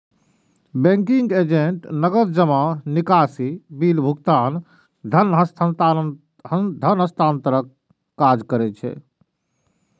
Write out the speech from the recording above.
banking agent नकद जमा, निकासी, बिल भुगतान, धन हस्तांतरणक काज करै छै